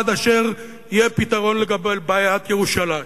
עד אשר יהיה פתרון לגבי בעיית ירושלים.